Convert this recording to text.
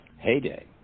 heyday